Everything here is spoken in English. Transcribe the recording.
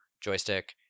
joystick